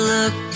Look